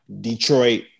Detroit